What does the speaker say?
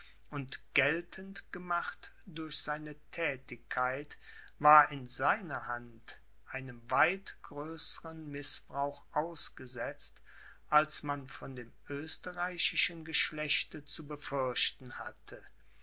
und geltend gemacht durch seine thätigkeit war in seiner hand einem weit größern mißbrauch ausgesetzt als man von dem österreichischen geschlechte zu befürchten hatte